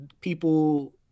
people